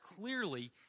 clearly